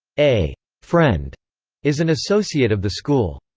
a friend is an associate of the school.